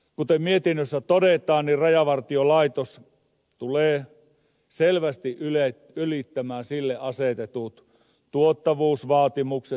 kuten mietinnössä todetaan rajavartiolaitos tulee selvästi ylittämään sille asetetut tuottavuusvaatimukset